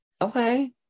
Okay